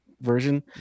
version